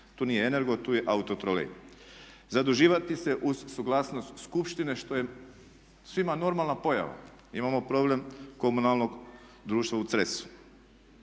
tu nije Energo tu je Autotrolej. Zaduživati se uz suglasnost skupštine što je svima normalna pojava. Imamo problem Komunalnog društva u Cresu.